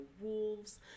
wolves